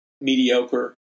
mediocre